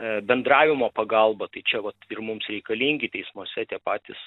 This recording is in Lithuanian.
bendravimo pagalba tai čia vat ir mums reikalingi teismuose tie patys